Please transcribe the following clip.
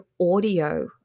audio